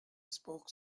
spoke